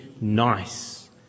nice